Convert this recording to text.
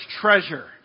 treasure